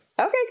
Okay